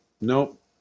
Nope